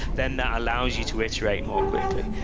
then that allows you to iterate more quickly.